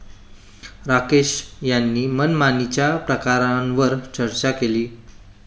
राकेश यांनी मनमानीच्या प्रकारांवर चर्चा केली